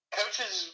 coaches